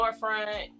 storefront